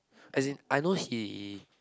as in I know he